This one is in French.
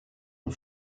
ont